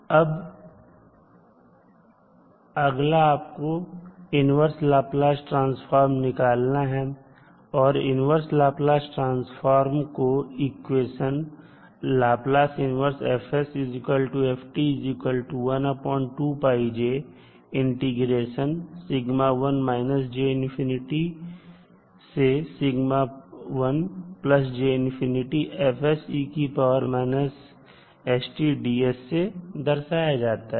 अब अगला आपको इन्वर्स लाप्लास ट्रांसफॉर्म निकालना है और इन्वर्स लाप्लास ट्रांसफॉर्म को इक्वेशन से दर्शाया जाता है